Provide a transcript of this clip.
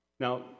Now